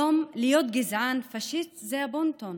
היום, להיות גזען פשיסט זה הבון-טון,